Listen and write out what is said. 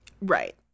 right